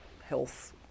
health